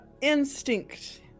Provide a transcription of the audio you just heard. instinct